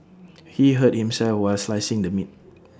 he hurt himself while slicing the meat